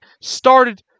started